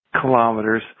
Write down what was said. kilometers